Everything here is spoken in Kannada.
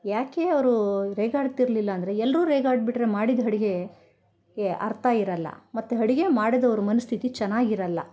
ಯಾಕೆ ಅವರು ರೇಗಾಡ್ತಿರಲಿಲ್ಲ ಅಂದರೆ ಎಲ್ಲರೂ ರೇಗಾಡಿಬಿಟ್ರೆ ಮಾಡಿದ ಅಡ್ಗೆಗೆ ಅರ್ಥ ಇರೋಲ್ಲ ಮತ್ತು ಅಡಿಗೆ ಮಾಡಿದವ್ರ ಮನಸ್ಥಿತಿ ಚೆನ್ನಾಗಿರಲ್ಲ